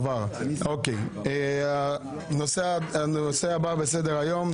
הנושא הבא בסדר היום.